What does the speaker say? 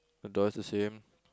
the door is the same